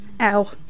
Ow